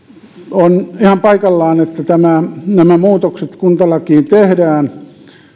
on ihan paikallaan että nämä muutokset kuntalakiin tehdään